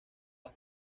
las